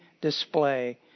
display